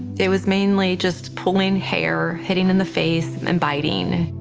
it was mainly just pulling hair, hitting in the face, and biting.